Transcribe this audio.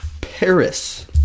Paris